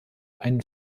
einen